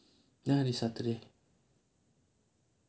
ya this saturday